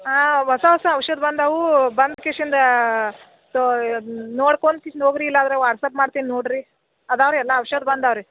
ಹೊಸ ಹೊಸ ಔಷಧ ಬಂದಿವೆ ಬಂದು ಕಿಶಿಂದಾ ನೋಡ್ಕೊಂಡ್ ತಿಂದೋಗಿರಿ ಇಲ್ಲಾಂದ್ರೆ ವಾಟ್ಸ್ಆ್ಯಪ್ ಮಾಡ್ತೀನಿ ನೋಡಿರಿ ಇದಾವ್ರಿ ಎಲ್ಲ ಔಷಧ ಬಂದವ್ರಿ